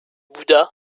bouddha